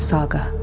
Saga